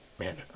Man